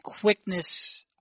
quickness